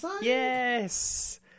yes